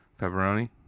Pepperoni